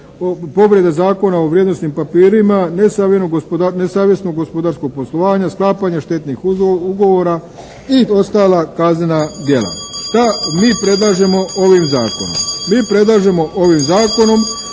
povreda Zakona o vrijednosnim papirima, nesavjesno gospodarsko poslovanje, sklapanja štetnih ugovora i ostala kaznena djela. Šta mi predlažemo ovim zakonom?